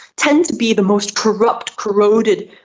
tend to be the most corrupt, corroded,